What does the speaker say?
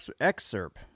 excerpt